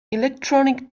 electronic